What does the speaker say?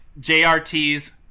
JRT's